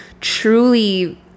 truly